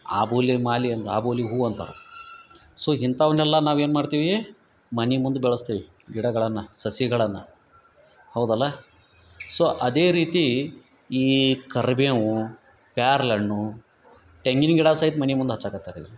ಆಬೂಲಿ ಮಾಲಿ ಅನ್ ಆಬೂಲಿ ಹೂ ಅಂತಾರ ಸೊ ಇಂತವನ್ನೆಲ್ಲ ನಾವು ಏನು ಮಾಡ್ತೇವೀ ಮನೆ ಮುಂದು ಬೆಳ್ಸ್ತೇವಿ ಗಿಡಗಳನ್ನ ಸಸ್ಯಗಳನ್ನ ಹೌದಲ್ಲ ಸೊ ಅದೇ ರೀತಿ ಈ ಕರಿಬೇವು ಪ್ಯಾರ್ಲೆ ಹಣ್ಣು ತೆಂಗಿನ ಗಿಡ ಸಹಿತ ಮನೆ ಮುಂದ ಹಚ್ಚಾಕತ್ತಾರ ಇವರು